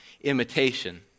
imitation